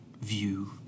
view